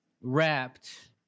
wrapped